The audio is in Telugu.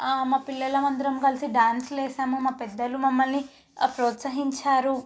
మా పిల్లలం అందరమూ కలిసి డ్యాన్సులు వేసాము మా పెద్దలు మమ్మల్ని ప్రోత్సహించారు